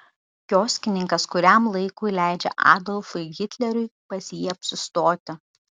kioskininkas kuriam laikui leidžia adolfui hitleriui pas jį apsistoti